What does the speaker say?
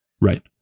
Right